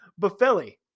Buffelli